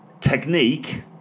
technique